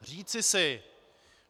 Říci si,